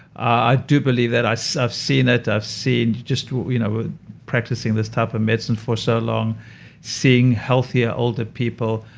i do believe that so i've seen it. i've seen just you know practicing this type of medicine for so long seeing healthier older people.